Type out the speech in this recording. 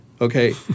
Okay